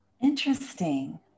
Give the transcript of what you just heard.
Interesting